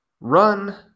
run